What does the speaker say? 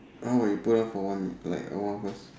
why we put off for one like a while first